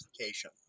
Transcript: application